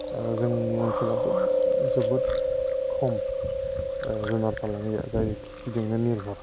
जोंनि ओनसोलाबो जोबोद खम जुनार फालांगिया जाय खेतिजोंनो निर्भर